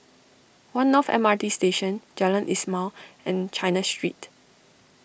one North M R T Station Jalan Ismail and China Street